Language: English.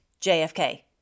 JFK